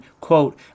Quote